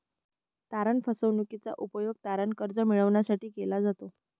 तारण फसवणूकीचा उपयोग तारण कर्ज मिळविण्यासाठी केला जातो